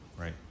right